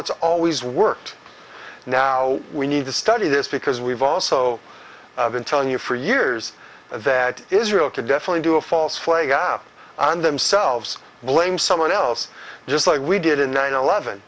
it's always worked now we need to study this because we've also been telling you for years that israel could definitely do a false flag and themselves blame someone else just like we did in nine eleven